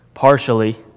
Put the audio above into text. partially